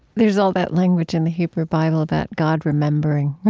there's all that language in the hebrew bible about god remembering, right?